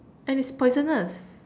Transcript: and it's poisonous